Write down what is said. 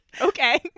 Okay